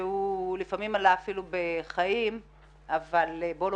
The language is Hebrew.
שלפעמים עלה אפילו בחיים אבל בואו לא